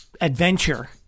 adventure